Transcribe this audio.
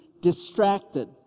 Distracted